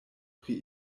pri